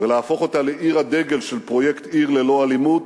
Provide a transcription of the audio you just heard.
ולהפוך אותה לעיר הדגל של פרויקט "עיר ללא אלימות".